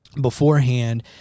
beforehand